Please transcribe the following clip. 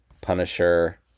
Punisher